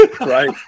Right